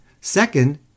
Second